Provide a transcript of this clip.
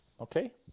okay